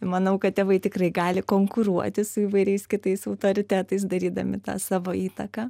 manau kad tėvai tikrai gali konkuruoti su įvairiais kitais autoritetais darydami tą savo įtaką